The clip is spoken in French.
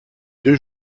deux